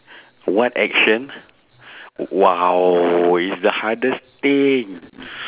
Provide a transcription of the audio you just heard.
what action !wow! it's the hardest thing